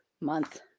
month